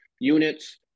units